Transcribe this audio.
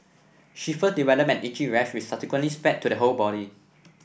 she first developed an itchy rash which subsequently spread to the whole body